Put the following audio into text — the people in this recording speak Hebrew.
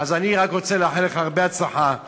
אז אני רק רוצה לאחל לך הרבה הצלחה,